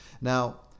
Now